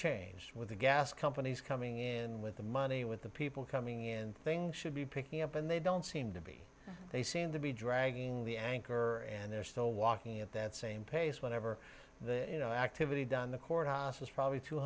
changed with the gas companies coming in with the money with the people coming in and things should be picking up and they don't seem to be they seem to be dragging the anchor and they're still walking at that same pace whenever the you know activity done the court house is probably two